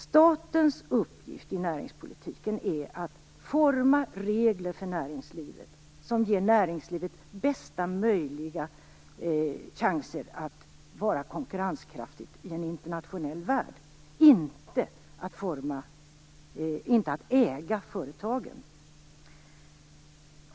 Statens uppgift i näringspolitiken är att forma regler för näringslivet som ger näringslivet bästa möjliga chanser att vara konkurrenskraftigt i en internationell värld, inte att äga företagen.